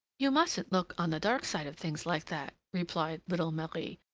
you mustn't look on the dark side of things like that, replied little marie,